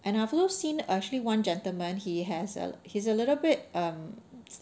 and I've also seen actually one gentleman he has uh he's a little bit um